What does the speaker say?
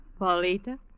Paulita